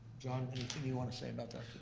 john, anything you wanna say about that?